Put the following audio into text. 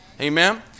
Amen